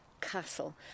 Castle